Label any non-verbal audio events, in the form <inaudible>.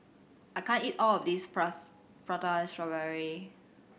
I can't eat all of this <unintelligible> Prata Strawberry